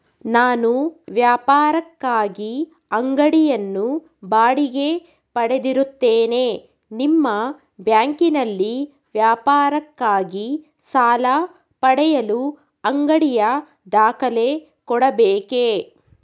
ನಾನು ವ್ಯಾಪಾರಕ್ಕಾಗಿ ಅಂಗಡಿಯನ್ನು ಬಾಡಿಗೆ ಪಡೆದಿರುತ್ತೇನೆ ನಿಮ್ಮ ಬ್ಯಾಂಕಿನಲ್ಲಿ ವ್ಯಾಪಾರಕ್ಕಾಗಿ ಸಾಲ ಪಡೆಯಲು ಅಂಗಡಿಯ ದಾಖಲೆ ಕೊಡಬೇಕೇ?